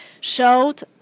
showed